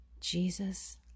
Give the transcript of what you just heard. Jesus